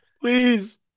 Please